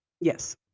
Yes